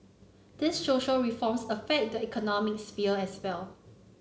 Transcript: these social reforms affect the economic sphere as well